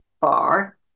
bar